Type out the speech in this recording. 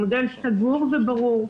המודל סגור וברור.